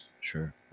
Sure